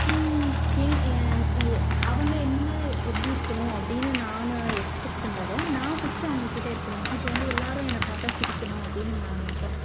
அவங்க என்ன எப்படி இருக்கணும் அப்படின்னு நான் எக்ஸ்பெக்ட் பண்ணுறதை நான் ஃபஸ்ட்டு அவங்க கிட்டே இருக்கணும் இப்போ வந்து எல்லாேரும் என்ன பார்த்தா சிரிக்கணும் அப்படின்னு நான் நினப்பேன்